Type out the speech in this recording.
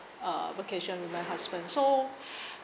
uh vacation with my husband so